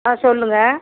ஆ சொல்லுங்கள்